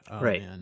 Right